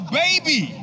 baby